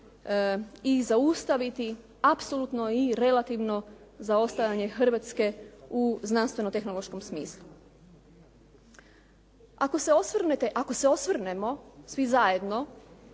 i zaustaviti apsolutno i relativno zaostajanje Hrvatske u znanstveno-tehnološkom smislu. Ako se osvrnemo svi zajedno